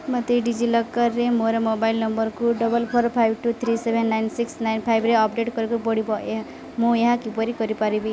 ମୋତେ ଡିଜିଲକର୍ରେ ମୋର ମୋବାଇଲ୍ ନମ୍ବର୍କୁ double four five two three seven nine six nine ଫାଇଭ୍ରେ ଅପଡ଼େଟ୍ କରିବାକୁ ପଡ଼ିବ ଏହା ମୁଁ ଏହା କିପରି କରିପାରିବି